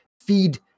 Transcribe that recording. feed